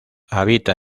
habita